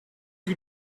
you